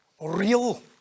real